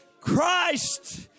Christ